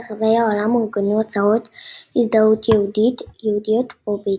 ברחבי העולם אורגנו עצרות הזדהות יהודיות פרו-בריטיות.